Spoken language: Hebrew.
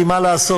כי מה לעשות,